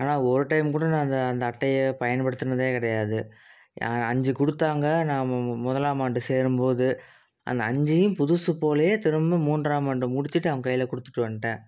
ஆனால் ஒரு டைம் கூட நான் அந்த அந்த அட்டையை பயன்படுத்துனதே கிடையாது அஞ்சு கொடுத்தாங்க நான் மு முதலாமாண்டு சேரும்போது அந்த அஞ்சையும் புதுசு போலயே திரும்ப மூன்றாமாண்டு முடிச்சிட்டு அவங்க கையில் கொடுத்துட்டு வந்துட்டேன்